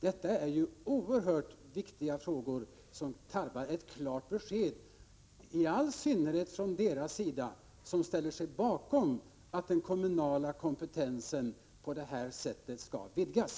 Detta är ju oerhört viktiga frågor, där det tarvas ett klart besked i all synnerhet från dem som ställer sig bakom förslaget att den kommunala kompetensen på det här sättet skall vidgas.